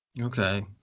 Okay